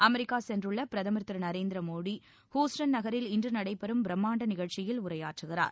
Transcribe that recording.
America சென்றுள்ள பிரதமர் Thiru Narendra Modi Houston நகரில் இன்று நடைபெறும் பிரம்மாண்ட நிகழ்ச்சியில் உரையாற்றுகிறார்